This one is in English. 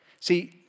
See